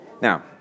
Now